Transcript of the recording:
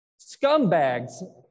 scumbags